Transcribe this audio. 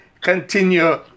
Continue